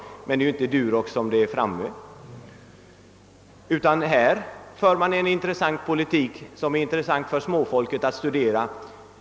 Nu är det dock inte Durox det gäller. De borgerliga för här en politik som det vore intressant för småfolket att studera.